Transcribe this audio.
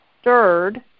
stirred